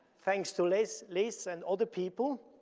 thanks to liz liz and other people.